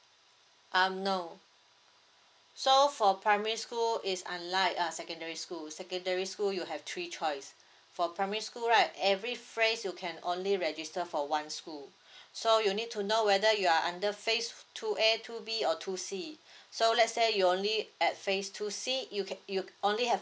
um no so for primary school is unlike a secondary school secondary school you have three choice for primary school right every phrase you can only register for one school so you need to know whether you are under phase two A two B or two C so let's say you only at phase two C you you only have